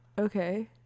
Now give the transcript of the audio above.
Okay